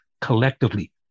collectively